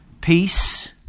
peace